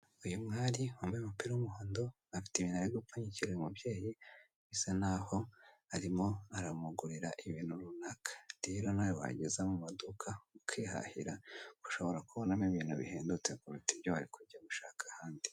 Uyu mwari wambaye umupira w'umuhondo afite ibintu ari gupfunyikira uyu mubyeyi bisa naho arimo aramugurira ibintu runaka, rero nawe wajya uza mumaduka ukihahira ushobora kubonamo ibintu bihendutse kuruta ibyo wari kujya gushaka ahandi.